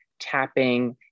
tapping